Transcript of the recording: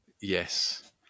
Yes